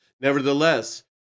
Nevertheless